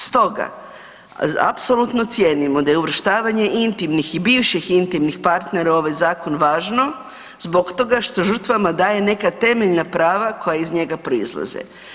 Stoga, apsolutno cijenimo da je uvrštavanje intimnih i bivših intimnih partnera u ovaj zakon važno zbog toga što žrtvama daje neka temeljna prava koja iz njega proizlaze.